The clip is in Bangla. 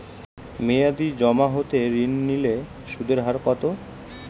মেয়াদী জমা হতে ঋণ নিলে সুদের হার কত?